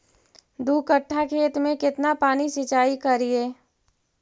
दू कट्ठा खेत में केतना पानी सीचाई करिए?